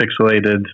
pixelated